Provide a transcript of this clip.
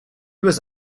was